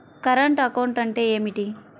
Current account అంటే ఏమిటి?